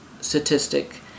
statistic